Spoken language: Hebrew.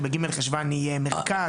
שב-ג' חשון יהיה מרכז?